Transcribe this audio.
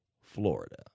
Florida